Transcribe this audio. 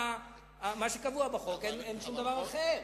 זה מה שקבוע בחוק, אין שום דבר אחר.